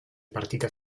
partita